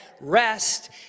rest